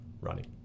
running